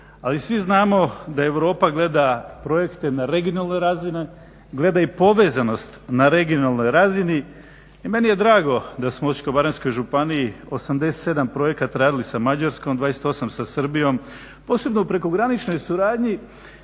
ali svi znamo da Europa gleda projekte na regionalnoj razini, gleda i povezanost na regionalnoj razini i meni je drago da smo u Osječko-baranjskoj županiji 87 projekata radili sa Mađarskom, 28 sa Srbijom, posebno u prekograničnoj suradnji